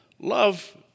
Love